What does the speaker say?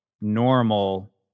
normal